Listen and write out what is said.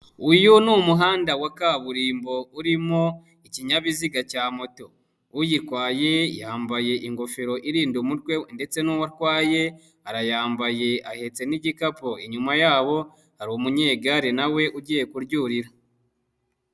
Uyu ni umuhanda wa kaburimbo urimo ikinyabiziga cya moto. Uyitwaye yambaye ingofero irinda umutwe ndetse n'uwatwaye arayambaye ahetse n'igikapu, inyuma yabo hari umunyegare nawe ugiye kuyurira.